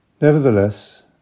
Nevertheless